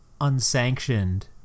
unsanctioned